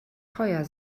teuer